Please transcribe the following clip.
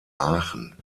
aachen